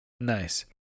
nice